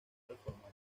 reformado